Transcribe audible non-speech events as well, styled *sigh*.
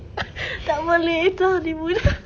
tak boleh itu honeymoon *laughs*